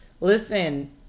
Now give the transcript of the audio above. Listen